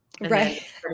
Right